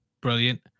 Brilliant